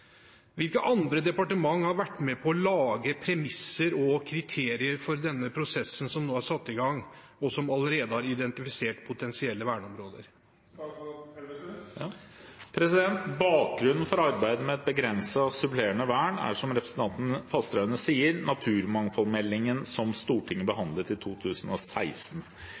Hvilke andre departement har vært med å legge premisser og kriterier for denne prosessen, som allerede nå har identifisert potensielle verneområder?» Bakgrunnen for arbeidet med et begrenset supplerende vern er, som representanten Fasteraune sier, naturmangfoldmeldingen, som Stortinget behandlet i 2016.